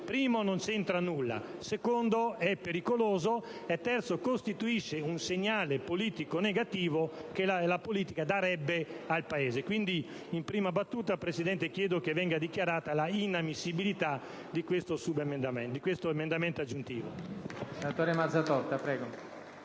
luogo non c'entra nulla; in secondo luogo, è pericoloso; in terzo luogo, costituisce un segnale politico negativo che la politica darebbe al Paese. Quindi, in prima battuta, signor Presidente, le chiedo che venga dichiarata l'inammissibilità di questo emendamento aggiuntivo.